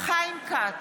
חיים כץ,